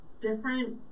different